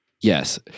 Yes